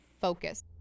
focus